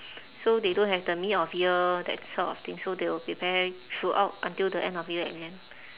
so they don't have the mid of year that sort of thing so they will prepare throughout until the end of year exam